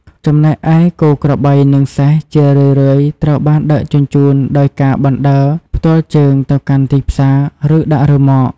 ចំណែកឯគោក្របី និងសេះ ជារឿយៗត្រូវបានដឹកជញ្ជូនដោយការបណ្តើរផ្ទាល់ជើងទៅកាន់ទីផ្សារ ឬដាក់រឺម៉ក ។